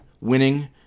winning